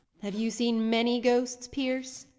have you seen many ghosts, pierce?